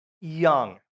young